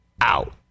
out